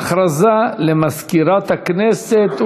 הודעה למזכירת הכנסת,